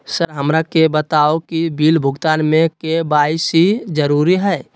Sir हमरा के बताओ कि बिल भुगतान में के.वाई.सी जरूरी हाई?